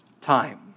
time